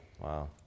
Wow